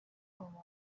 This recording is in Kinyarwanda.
umuntu